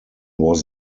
was